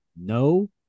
no